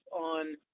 on